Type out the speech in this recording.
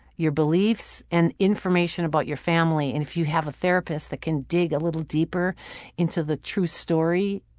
your beliefs and information about your family. and if you have a therapist that can dig a little deeper into the true story.